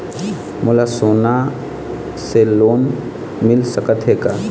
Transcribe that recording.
मोला सोना से लोन मिल सकत हे का?